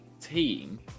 team